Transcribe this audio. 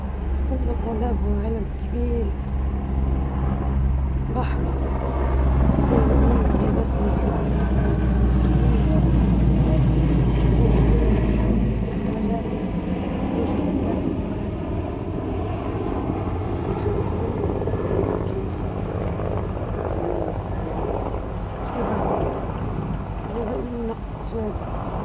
دراسة الأدب مهمة لأنها تعزز الثقافة العامة والفهم العميق للبشرية من خلال الروايات والشعر، الأدب يعكس تنوع الثقافات والتجارب الإنسانية، ويزيد من القدرة على التعاطف والتفكير النقدي.